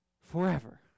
forever